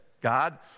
God